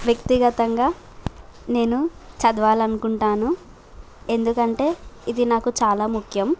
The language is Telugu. వ్యక్తిగతంగా నేను చదవాలి అనుకుంటాను ఎందుకంటే ఇది నాకు చాలా ముఖ్యం